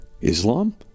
Islam